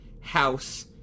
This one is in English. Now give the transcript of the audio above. House